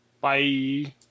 Bye